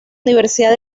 universidad